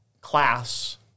class